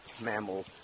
mammal